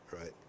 right